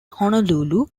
honolulu